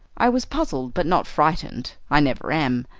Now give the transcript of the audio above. i was puzzled, but not frightened i never am,